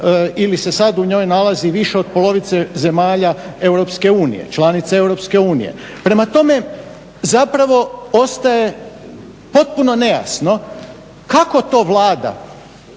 ili se sada u njoj nalazi više od polovice zemalja EU, članica EU. Prema tome zapravo postaje potpuno nejasno kako to Vlada,